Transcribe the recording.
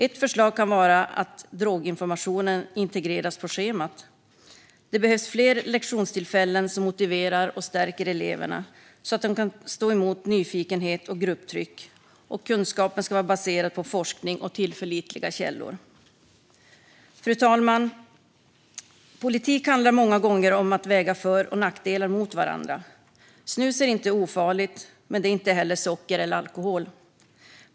Ett förslag kan vara att droginformationen integreras på schemat. Det behövs fler lektionstillfällen som motiverar och stärker eleverna så att de kan stå emot nyfikenhet och grupptryck. Kunskapen ska vara baserad på forskning och tillförlitliga källor. Fru talman! Politik handlar många gånger om att väga för och nackdelar mot varandra. Snus är inte ofarligt, men det är inte heller socker eller alkohol.